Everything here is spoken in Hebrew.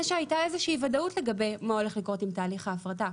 שהייתה איזו ודאות לגבי מה שהולך לקרות עם תהליך ההפרטה.